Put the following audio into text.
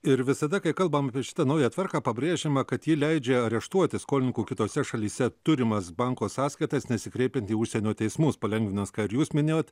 ir visada kai kalbam apie šitą naują tvarką pabrėžiama kad ji leidžia areštuoti skolininko kitose šalyse turimas banko sąskaitas nesikreipiant į užsienio teismus palengvinimas ką ir jūs minėjot